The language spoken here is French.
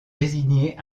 désigner